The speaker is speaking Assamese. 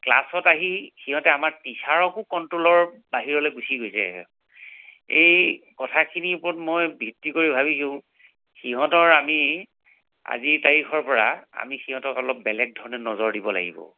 ক্লাছত আহি সিহঁতে আমাক টিহাৰকো কণ্ট্ৰলৰ বাহিৰলৈ গুচি গৈছে এই কথাখিনিৰ ওপৰত মই ভিত্তি কৰি মই ভাবিছোঁ সিহঁতৰ আমি আজিৰ তাৰিখৰপৰা আমি সিহঁতৰ অলপ বেলেগ ধৰণে নজৰ দিব লাগিব